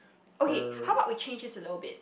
okay how about we change it a little bit